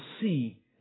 see